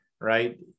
right